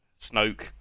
Snoke